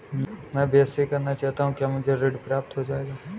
मैं बीएससी करना चाहता हूँ क्या मुझे ऋण प्राप्त हो जाएगा?